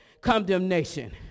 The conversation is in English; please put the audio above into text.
condemnation